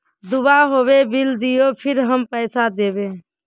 दूबा होबे बिल दियो फिर हम पैसा देबे?